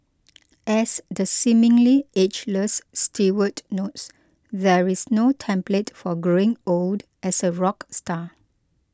as the seemingly ageless Stewart notes there is no template for growing old as a rock star